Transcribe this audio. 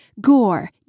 gore